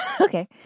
Okay